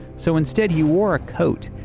so instead he wore ah coat.